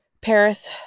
Paris